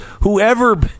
whoever